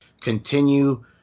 continue